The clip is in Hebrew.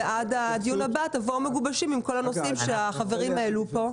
ועד הדיון הבא תבואו מגובשים עם כל הנושאים שהחברים העלו פה.